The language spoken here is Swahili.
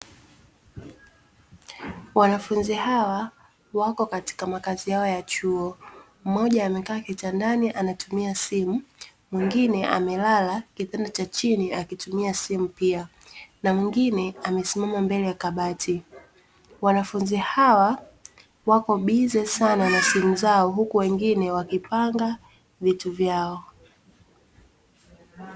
Wanafunzi hawa wako katika makazi yao ya chuo, mmoja amekaa kitandani anatumia simu, mwingine amelala kitanda cha chini akitumia simu pia na mwingine amesimama mbele ya kabati, wanafunzi hawa wako bize sana na simu za huku wengine wakipanga vitu vyao.